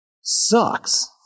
sucks